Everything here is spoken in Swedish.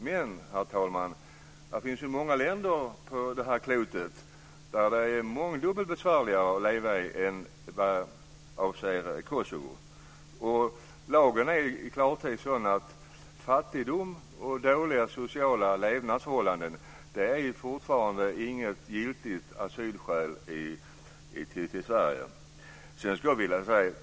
Men, herr talman, det finns ju många länder på det här klotet som det är mångdubbelt besvärligare att leva i än Kosovo. Lagen är i klartext sådan att fattigdom och dåliga sociala levnadsförhållanden fortfarande inte är något giltigt asylskäl i Sverige.